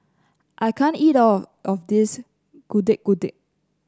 I can't eat all of this Getuk Getuk